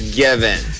given